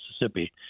Mississippi